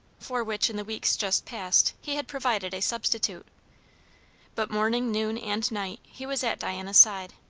for which in the weeks just past he had provided a substitute but morning, noon, and night he was at diana's side.